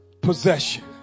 possession